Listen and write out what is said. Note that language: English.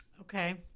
Okay